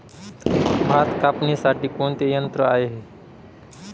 भात कापणीसाठी कोणते यंत्र आहे?